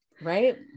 right